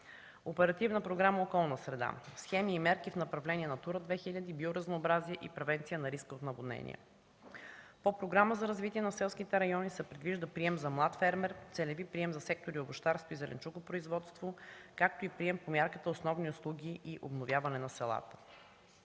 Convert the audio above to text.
Оперативна програма „Околна среда” – схеми и мерки в направление „Натура 2000”, биоразнообразие и превенция на риска от наводнения; - по Програмата за развитие на селските райони се предвижда прием за „Млад фермер”, целеви прием за сектори „Овощарство и зеленчукопроизводство”, както и прием по мярката „Основни услуги и обновяване на селата”;